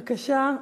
בבקשה,